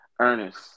Ernest